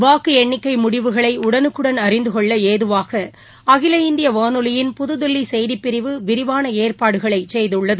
வாக்கு எண்ணிக்கை முடிவுகளை உடலுக்குடன் அறிந்து கொள்ள ஏதுவாக அகில இந்திய வானொலியின் புதுதில்லி செய்திப்பிரிவு விரிவான ஏற்பாடுகள் செய்துள்ளது